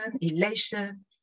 elation